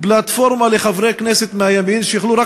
פלטפורמה לחברי כנסת מהימין שיוכלו רק